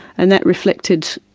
and that reflected,